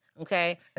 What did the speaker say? Okay